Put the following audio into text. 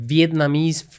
Vietnamese